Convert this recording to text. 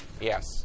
Yes